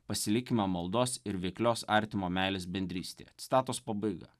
pasilikime maldos ir veiklios artimo meilės bendrystėje citatos pabaiga